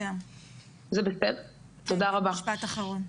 תודה רבה.